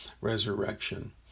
resurrection